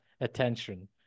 attention